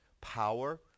power